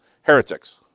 Heretics